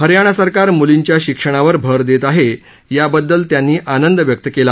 हरयाणा सरकार मुलींच्या शिक्षणावर भर देत आहे याबद्दल यांनी आंनद व्यक्त केला